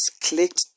clicked